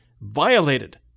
violated